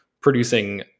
producing